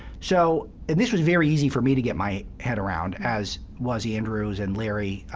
so and this was very easy for me to get my head around, as was andrew's and larry,